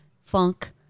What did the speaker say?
funk